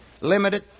Limited